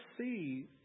see